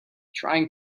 trying